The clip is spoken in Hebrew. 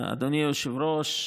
אדוני היושב-ראש,